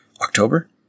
October